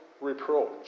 reproach